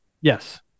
Yes